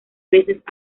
veces